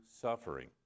suffering